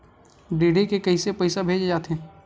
DD से कइसे पईसा भेजे जाथे?